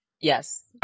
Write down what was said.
Yes